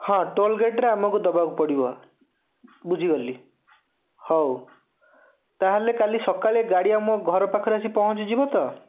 ହଁ ଟୋଲ୍ ଗେଟ୍ରେ ଆମକୁ ଦେବାକୁ ପଡ଼ିବ ବୁଝିଗଲି ହଉ ତା'ହେଲେ କାଲି ସକାଳେ ଗାଡ଼ି ଆମ ଘର ପାଖରେ ଆସି ପହଞ୍ଚିଯିବ ତ